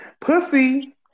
pussy